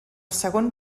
segon